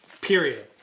Period